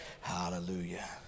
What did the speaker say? Hallelujah